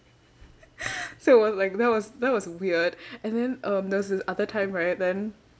so it was like that was that was weird and then um there was this other time right then